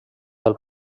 del